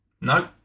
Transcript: No